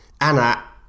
Anna